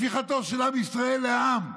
הפיכתו של עם ישראל לעם.